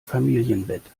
familienbett